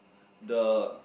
the